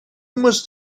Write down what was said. must